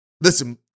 listen